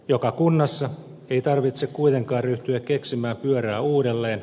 joka kunnassa ei tarvitse kuitenkaan ryhtyä keksimään pyörää uudelleen